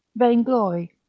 vainglory.